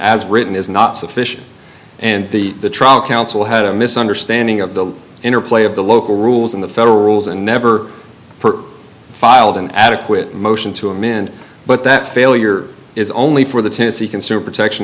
as written is not sufficient and the the trial counsel had a misunderstanding of the interplay of the local rules in the federal rules and never filed an adequate motion to amend but that failure is only for the tennessee consumer protection